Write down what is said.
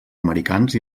americans